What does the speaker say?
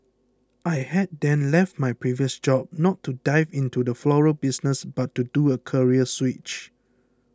I had then left my previous job not to 'dive' into the floral business but to do a career switch